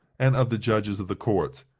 and of the judges of the courts,